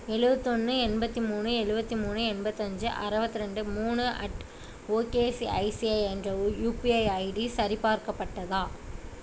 எழுபத்தொன்னு எண்பத்தி மூணு எழுபத்தி மூணு எண்பத்தஞ்சு அறுவத்ரெண்டு மூணு அட் ஓகேசிஐசிஐ என்ற யுபிஐ ஐடி சரிபார்க்கப்பட்டதா